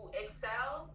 excel